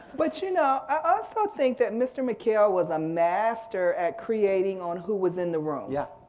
but you know, i also think that mr. mckayle was a master at creating on who was in the room. yeah.